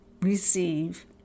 receive